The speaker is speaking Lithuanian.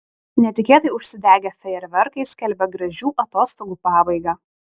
netikėtai užsidegę fejerverkai skelbia gražių atostogų pabaigą